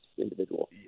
individual